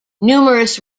numerous